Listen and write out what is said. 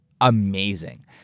amazing